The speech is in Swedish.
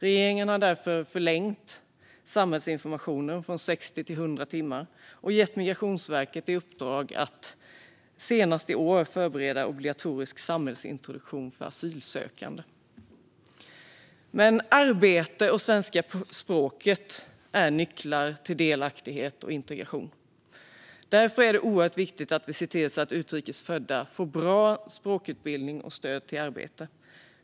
Regeringen har därför förlängt samhällsinformationen från 60 till 100 timmar och gett Migrationsverket i uppdrag att senast i år förbereda obligatorisk samhällsintroduktion för asylsökande. Arbete och svenska språket är nycklar till delaktighet och integration. Därför är det oerhört viktigt att vi ser till att utrikes födda får bra språkutbildning och stöd till arbete.